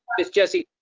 miss jessie?